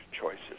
choices